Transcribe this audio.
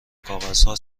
کاغذها